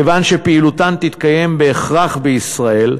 מכיוון שפעילותן תתקיים בהכרח בישראל,